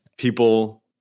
People